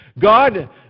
God